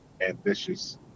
ambitious